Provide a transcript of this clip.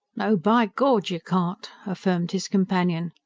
no, by gawd, you can't! affirmed his companion.